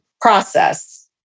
process